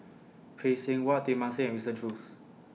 Phay Seng Whatt Teng Mah Seng and Winston Choos